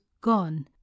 Gone